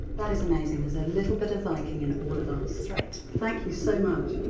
that is amazing, there's a little bit of viking in all of um so right! thank you so much!